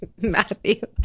Matthew